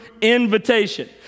invitation